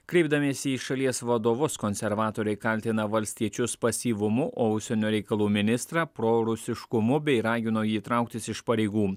kreipdamiesi į šalies vadovus konservatoriai kaltina valstiečius pasyvumu o užsienio reikalų ministrą prorusiškumu bei ragino jį trauktis iš pareigų